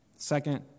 second